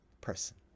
person